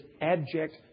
abject